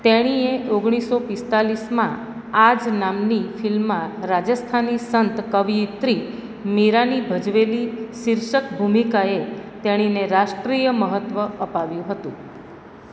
તેણીએ ઓગણીસો પિસ્તાલીસમાં આ જ નામની ફિલ્મમાં રાજસ્થાની સંત કવિયેત્રી મીરાની ભજવેલી શીર્ષક ભૂમિકાએ તેણીને રાષ્ટ્રીય મહત્વ અપાવ્યું હતું